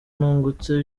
nungutse